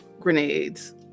grenades